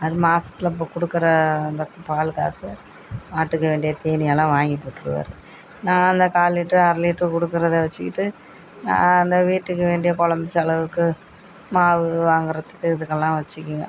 அது மாதத்துல இப்போ கொடுக்குற அந்த பால் காசை மாட்டுக்கு வேண்டிய தீனியெல்லாம் வாங்கி போட்டுருவார் நான் அந்த கால் லிட்ரு அரை லிட்ரு கொடுக்குறத வச்சுக்கிட்டு நான் அந்த வீட்டுக்கு வேண்டிய குழம்பு செலவுக்கு மாவு வாங்கிறத்துக்கு இதுக்கெல்லாம் வச்சுக்குவேன்